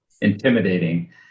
intimidating